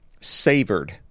savored